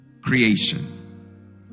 creation